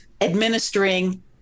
administering